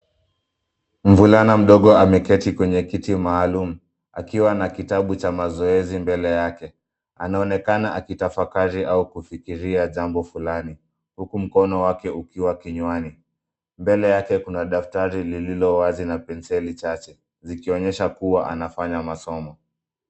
Mvulana mdogo ameketi kwenye kiti maalum, akiwa na kitabu cha mazoezi mbele yake. Anaonekana akitafakari au kufikiria jambo fulani, huku mkono wake ukiwa kinywani. Mbele yake kuna daftari lilio wazi na penseli chache, zikionyesha kuwa anafanya masomo.